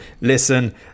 listen